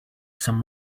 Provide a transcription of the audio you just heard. some